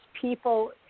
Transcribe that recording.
people